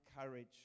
courage